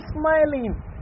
smiling